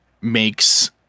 makes